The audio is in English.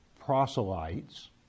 proselytes